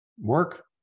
work